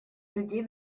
людей